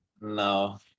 no